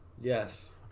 Yes